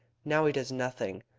now he does nothing.